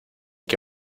que